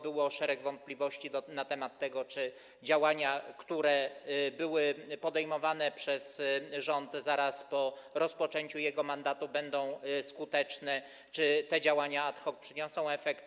Było szereg wątpliwości na temat tego, czy działania, które były podejmowane przez rząd zaraz po rozpoczęciu pełnienia jego mandatu, będą skuteczne, czy te działania ad hoc przyniosą efekty.